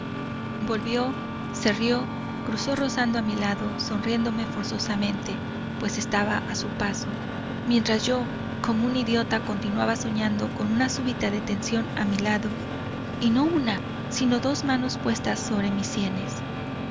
volvió se rió cruzó rozando a mi lado sonriéndome forzosamente pues estaba a su paso mientras yo como un idiota continuaba soñando con una súbita detención a mi lado y no una sino dos manos puestas sobre mis sienes